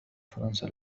فرنسا